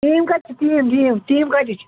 team کَتہِ چھِ team team team کَتِچ